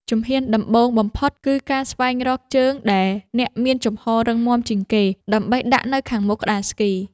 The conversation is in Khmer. ជំហានដំបូងបំផុត គឺការស្វែងរកជើងដែលអ្នកមានជំហររឹងមាំជាងគេ ដើម្បីដាក់នៅខាងមុខក្ដារស្គី។